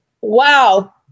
Wow